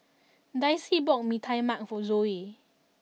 Dicy bought Mee Tai Mak for Zoie